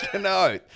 No